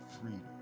freedom